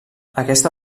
aquesta